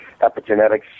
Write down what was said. epigenetics